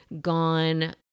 gone